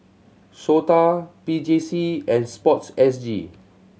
SOTA P J C and Sport S G